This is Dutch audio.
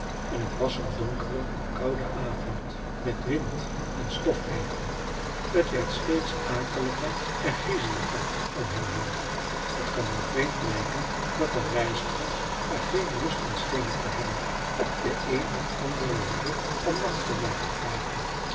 en t was een donkere koude avond met wind en stofregen t werd steeds akeliger en griezeliger om hem heen t kan wel vreemd lijken dat de reizigers er geen lust in schenen te hebben op de een of andere hoeve om nachtverblijf te vragen